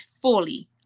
fully